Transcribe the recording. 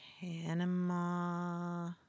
Panama